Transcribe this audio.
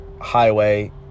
highway